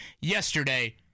Yesterday